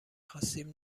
خواستیم